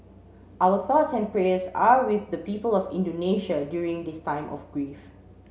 our thoughts and prayers are with the people of Indonesia during this time of grief